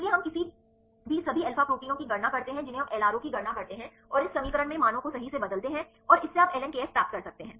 इसलिए हम किसी भी सभी अल्फा प्रोटीनों की गणना करते हैं जिन्हें हम LRO की गणना करते हैं और इस समीकरण में मानों को सही से बदलते हैं और इससे आप ln kf प्राप्त कर सकते हैं